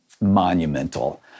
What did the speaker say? monumental